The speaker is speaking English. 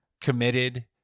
committed